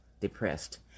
depressed